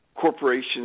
corporations